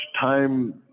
time